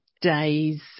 days